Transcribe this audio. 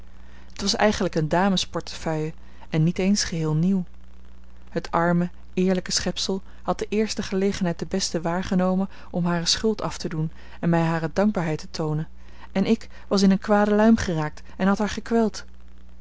het was eigenlijk eene damesportefeuille en niet eens geheel nieuw het arme eerlijke schepsel had de eerste gelegenheid de beste waargenomen om hare schuld af te doen en mij hare dankbaarheid te toonen en ik was in eene kwade luim geraakt en had haar gekweld